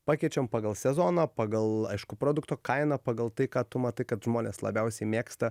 pakeičiam pagal sezoną pagal aišku produkto kainą pagal tai ką tu matai kad žmonės labiausiai mėgsta